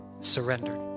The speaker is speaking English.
surrendered